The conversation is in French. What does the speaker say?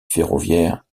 ferroviaire